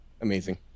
Amazing